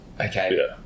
Okay